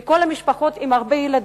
לכל המשפחות עם הרבה ילדים.